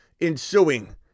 ensuing